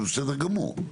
זה בסדר גמור.